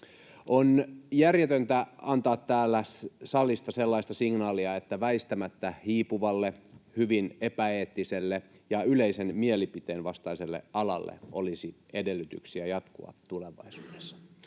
On järjetöntä antaa täältä salista sellaista signaalia, että väistämättä hiipuvalle, hyvin epäeettiselle ja yleisen mielipiteen vastaiselle alalle olisi edellytyksiä jatkua tulevaisuudessa.